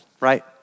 Right